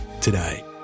today